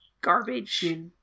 Garbage